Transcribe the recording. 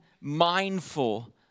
mindful